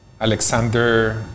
Alexander